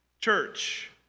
church